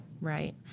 Right